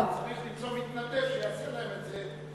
צריך למצוא מתנדב שיעשה להם את זה,